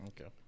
Okay